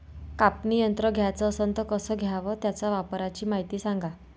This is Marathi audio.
कापनी यंत्र घ्याचं असन त कस घ्याव? त्याच्या वापराची मायती सांगा